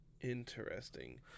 Interesting